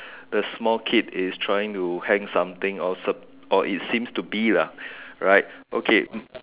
the small kid is trying to hang something or sup~ or it seems to be lah right okay